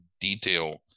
detail